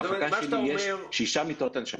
במחלקה שלי יש שש מיטות הנשמה.